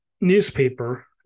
newspaper